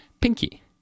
Pinky